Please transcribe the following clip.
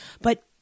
But-